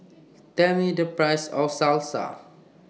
Tell Me The Price of Salsa